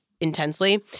intensely